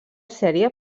sèrie